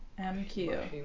MQ